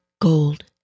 gold